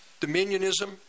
dominionism